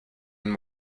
been